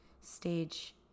stage